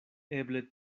eble